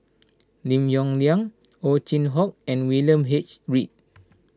Lim Yong Liang Ow Chin Hock and William H Read